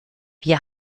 wir